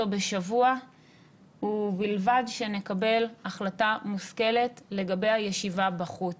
בשבוע ובלבד שנקבל החלטה מושכלת לגבי הישיבה בחוץ.